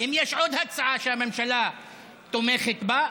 אם יש עוד הצעה שהממשלה תומכת בה.